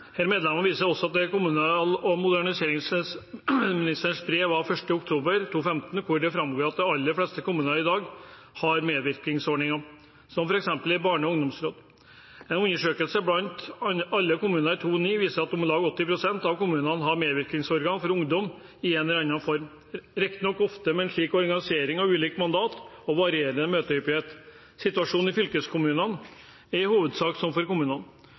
viser også til kommunal- og moderniseringsministerens brev av 1. oktober 2015, der det framgår at de aller fleste kommuner i dag har medvirkningsordninger, som f.eks. barne- og ungdomsråd. En undersøkelse blant alle kommuner i 2009 viste at om lag 80 pst. av kommunene har et medvirkningsorgan for ungdom i en eller annen form, riktignok ofte med ulik organisering, ulikt mandat og varierende møtehyppighet. Situasjonen i fylkeskommunene er i hovedsak som for kommunene,